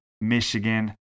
michigan